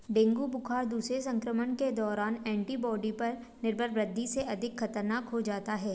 dengue बुखार दूसरे संक्रमण के दौरान एंटीबॉडी पर निर्भर वृद्धि से अधिक खतरनाक हो जाता है